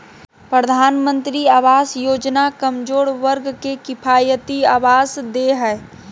प्रधानमंत्री आवास योजना कमजोर वर्ग के किफायती आवास दे हइ